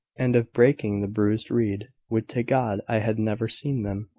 and of breaking the bruised reed. would to god i had never seen them!